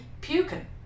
Puking